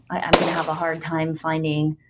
i'm going to have a hard time finding